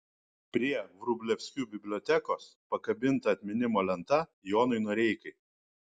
prie vrublevskių bibliotekos pakabinta atminimo lenta jonui noreikai